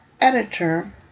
editor